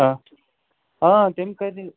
اَہ آ تَمہِ کٔرۍ